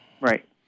Right